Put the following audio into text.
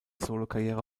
solokarriere